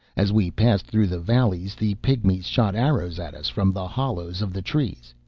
as we passed through the valleys the pygmies shot arrows at us from the hollows of the trees,